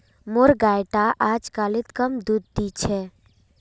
मोर गाय टा अजकालित कम दूध दी छ